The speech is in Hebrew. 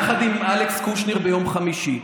עם אלכס קושניר ביום חמישי.